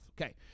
Okay